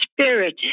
Spirit